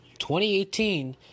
2018